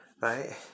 Right